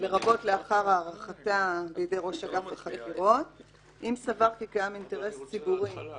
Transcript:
לרבות לאחר הארכתה בידי ראש אגף החקירות אם סבר כי קיים אינטרס ציבורי